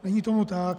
Není tomu tak.